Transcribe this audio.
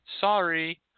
Sorry